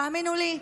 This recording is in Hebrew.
תאמינו לי,